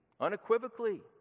unequivocally